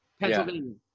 Pennsylvania